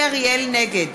נגד